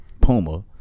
Puma